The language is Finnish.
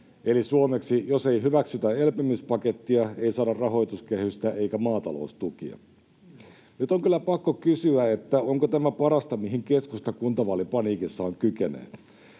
Eli suomeksi: jos ei hyväksytä elpymispakettia, ei saada rahoituskehystä eikä maataloustukia. Nyt on kyllä pakko kysyä, onko tämä parasta, mihin keskusta kuntavaalipaniikissaan kykenee.